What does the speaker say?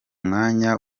mwanya